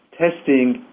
testing